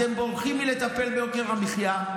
אתם בורחים מלטפל ביוקר המחיה,